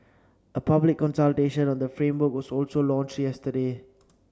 a public consultation on the framework was also launched yesterday